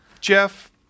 Jeff